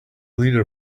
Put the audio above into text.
leader